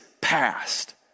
past